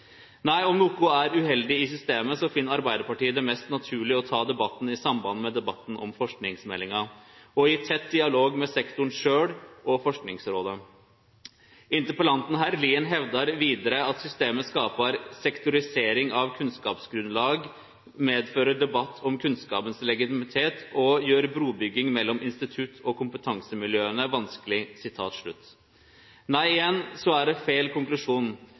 Nei, om noko er uheldig i systemet, finn Arbeidarpartiet det mest naturleg å ta debatten i samband med debatten om forskingsmeldinga og i tett dialog med sektoren sjølv og Forskingsrådet. Interpellanten, hr. Lien, hevdar vidare at systemet skapar «sektorisering av kunnskapsgrunnlaget», medfører «debatt om kunnskapens legitimitet» og gjer brubygging mellom institutta og kompetansemiljøa vanskeleg. Nei, igjen er det feil konklusjon.